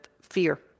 fear